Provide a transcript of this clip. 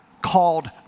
called